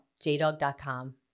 jdog.com